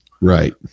Right